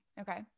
okay